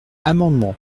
amendement